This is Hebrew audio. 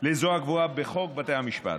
לזו הקבועה בחוק בתי המשפט,